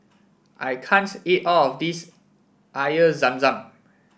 I can't eat all of this Air Zam Zam